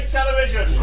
television